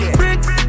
bricks